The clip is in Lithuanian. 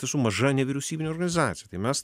tiesų maža nevyriausybinė organizacija tai mes